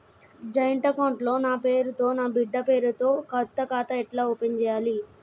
Joint account లో నా పేరు నా బిడ్డే పేరు తో కొత్త ఖాతా ఎలా తెరవాలి?